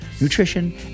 nutrition